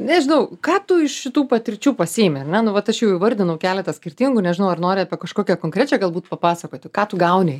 nežinau ką tu iš šitų patirčių pasiimi ar ne nu vat aš jau įvardinau keletą skirtingų nežinau ar nori apie kažkokią konkrečią galbūt papasakoti ką tu gauni